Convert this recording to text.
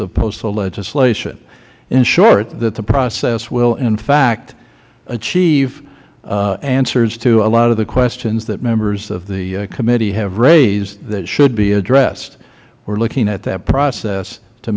of postal legislation in short that the process will in fact achieve answers to a lot of the questions that members of the committee have raised that should be addressed we are looking at that process to